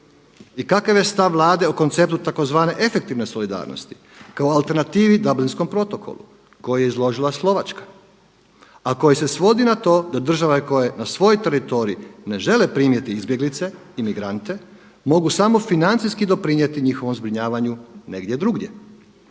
I kakav je stav Vlade o konceptu tzv. efektivne solidarnosti kao alternativi dublinskom protokolu koji je izložila slovačka a koji se svodi na to da države koje na svoj teritorij ne žele primiti izbjeglice i migrante mogu samo financijski doprinijeti njihovom zbrinjavanju negdje drugdje.